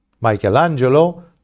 Michelangelo